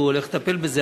שהוא הולך לטפל בזה.